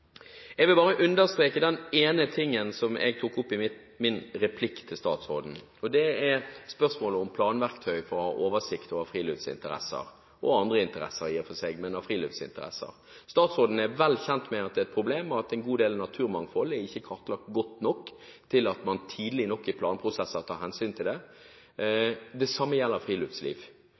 Jeg vil bare understreke den ene tingen som jeg tok opp i min replikk til statsråden, og det er spørsmålet om planverktøy for å ha oversikt over friluftsinteresser, og i og for seg andre interesser. Statsråden er vel kjent med at det er et problem at en god del naturmangfold ikke er kartlagt godt nok til at man tar hensyn til det tidlig nok i planprosesser. Det samme gjelder friluftsliv.